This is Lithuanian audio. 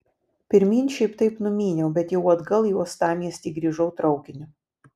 pirmyn šiaip taip numyniau bet jau atgal į uostamiestį grįžau traukiniu